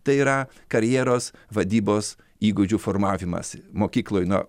tai yra karjeros vadybos įgūdžių formavimas mokykloj nuo